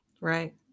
Right